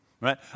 Right